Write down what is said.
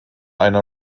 einer